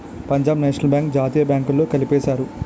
Punjab National Bank జాతీయ బ్యాంకుల్లో కలిపేశారు